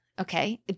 Okay